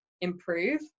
improve